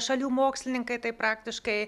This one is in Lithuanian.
šalių mokslininkai tai praktiškai